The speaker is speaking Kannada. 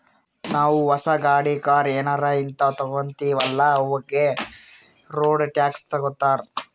ನಾವೂ ಹೊಸ ಗಾಡಿ, ಕಾರ್ ಏನಾರೇ ಹಿಂತಾವ್ ತಗೊತ್ತಿವ್ ಅಲ್ಲಾ ಅವಾಗೆ ರೋಡ್ ಟ್ಯಾಕ್ಸ್ ತಗೋತ್ತಾರ್